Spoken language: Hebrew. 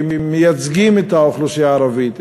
שמייצגים את האוכלוסייה הערבית,